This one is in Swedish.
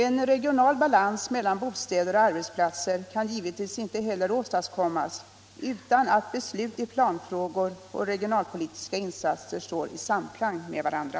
En regional balans mellan bostäder och arbetsplatser kan givetvis inte heller åstadkommas utan att beslut i planfrågor och regionalpolitiska insatser står i samklang med varandra.